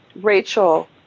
Rachel